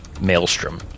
maelstrom